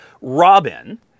Robin